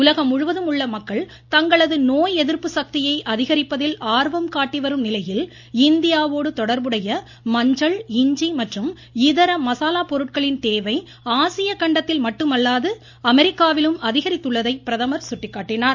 உலகம் முழுவதும் உள்ள மக்கள் தங்களது நோய் எதிர்ப்பு சக்தியை அதிகரிப்பதில் ஆர்வம் காட்டி வரும் நிலையில் இந்தியாவோடு தொடர்புடைய மஞ்சள் இஞ்சி மற்றும் இதர மசாலாப் பொருட்களின் தேவை ஆசிய கண்டத்தில் மட்டுமல்லாது அமெரிக்காவிலும் அதிகரித்துள்ளதை பிரதமர் சுட்டிக்காட்டினார்